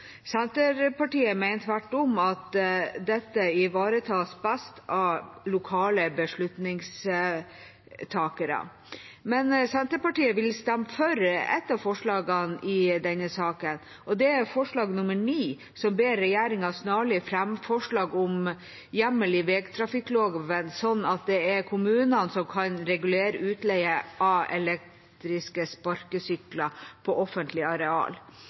Senterpartiet mener tvert om at dette ivaretas best av lokale beslutningstakere. Men Senterpartiet vil stemme for ett av forslagene i denne saken, og det er forslag nr. 9, som ber regjeringa «snarlig fremme forslag om hjemmel i vegtrafikkloven slik at kommuner kan regulere utleie av elektriske sparkesykler på offentlig areal».